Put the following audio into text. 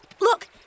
Look